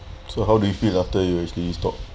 so how do you feel after you actually stop